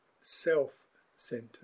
self-centered